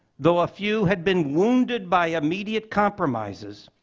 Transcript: though a few have been wounded by immediate compromises,